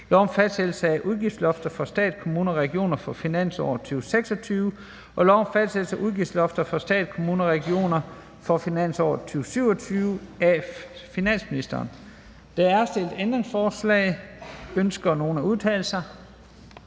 lov om fastsættelse af udgiftslofter for stat, kommuner og regioner for finansåret 2026 og lov om fastsættelse af udgiftslofter for stat, kommuner og regioner for finansåret 2027. (Konsekvenser af aftale om reform af personskat af 14. december